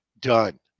Done